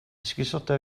esgusoda